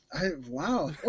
wow